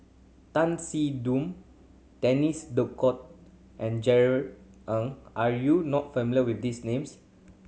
Tan Siew Denis D'Cotta and Jerry Ng are you not familiar with these names